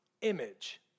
image